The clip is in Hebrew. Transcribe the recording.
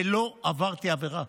לא עברתי עבירה.